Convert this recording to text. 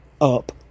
up